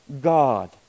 God